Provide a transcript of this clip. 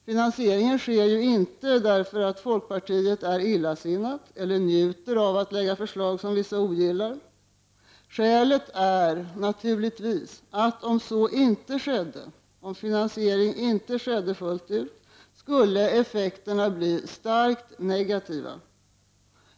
Finansieringen sker inte därför att folkpartiet är illasinnat eller njuter av att lägga fram förslag som vissa ogillar. Skälet är naturligtvis att om finansiering inte skedde fullt ut, skulle effekterna bli starkt negativa.